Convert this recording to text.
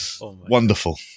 Wonderful